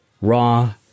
Raw